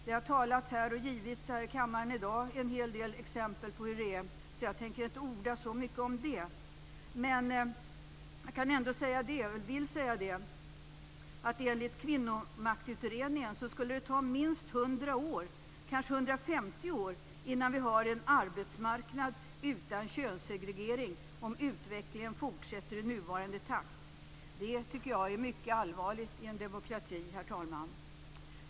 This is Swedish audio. Här i kammaren i dag har det talats om, och givits en hel del exempel på, hur det är. Så jag tänker inte orda så mycket om det. Men jag vill ändå säga att enligt Kvinnomaktsutredningen skulle det ta minst 100 år, kanske 150 år, innan vi har en arbetsmarknad utan könssegregering om utvecklingen fortsätter i nuvarande takt. Det tycker jag är mycket allvarligt i en demokrati, herr talman.